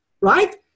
right